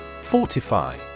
Fortify